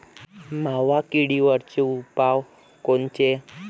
मावा किडीवरचे उपाव कोनचे?